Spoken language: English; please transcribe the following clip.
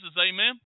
amen